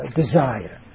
desire